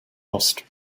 lost